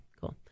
cool